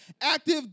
Active